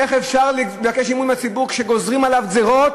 איך אפשר לבקש אמון מהציבור כשגוזרים עליו גזירות,